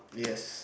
yes